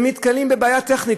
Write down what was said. והם נתקלים בבעיה טכנית,